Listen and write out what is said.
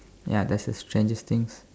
ya that's the strangest things